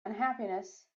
unhappiness